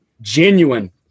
genuine